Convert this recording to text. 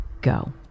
Go